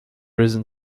risen